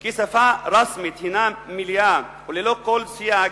כשפה רשמית היא מלאה וללא כל סייג,